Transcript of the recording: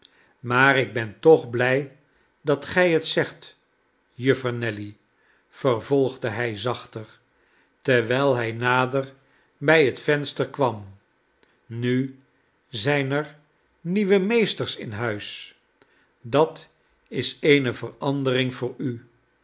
maar ik ben toch blij dat gij het zegt juffer nelly vervolgde hij zachter terwijl hij nader bij het venster kwam nu zijn er nieuwe meesters in huis dat is eene verandering voor u